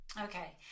okay